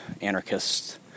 anarchists